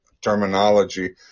terminology